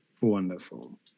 Wonderful